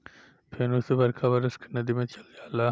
फेनू से बरखा बरस के नदी मे चल जाला